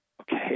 Okay